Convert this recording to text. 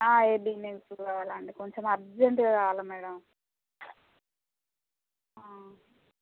AB negative కావాలండి కొంచం అర్జెంటుగా కావాల మేడమ్